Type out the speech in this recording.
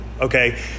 Okay